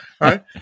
Right